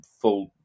full